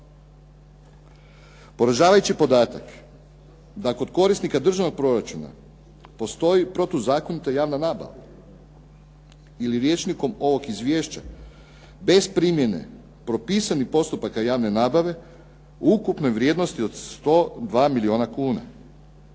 Poražavajući podatak da kod korisnika državnog proračuna postoji protuzakonita javna nabava ili rječnikom ovog izvješća bez primjene propisanih postupaka javne nabave u ukupnoj vrijednosti od 102 milijuna kuna.